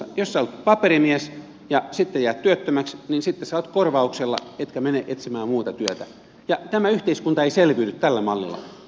jos sinä olet paperimies ja sitten jäät työttömäksi niin sitten sinä olet korvauksella etkä mene etsimään muuta työtä ja tämä yhteiskunta ei selviydy tällä mallilla